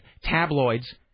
tabloids